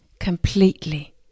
Completely